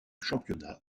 championnat